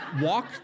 walk